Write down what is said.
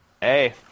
Hey